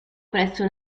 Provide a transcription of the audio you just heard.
presso